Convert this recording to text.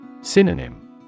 Synonym